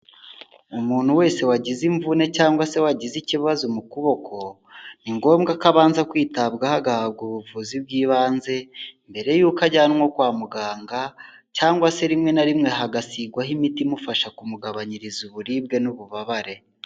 Umuntu wese wagize imvune cyangwa se wagize ikibazo mu kuboko, ni ngombwa ko abanza kwitabwaho agahabwa ubuvuzi bw'ibanze, mbere y'uko ajyanwa kwa muganga, cyangwa se rimwe na rimwe hagasigwaho imiti imufasha kumugabanyiriza uburibwe n'ububabare.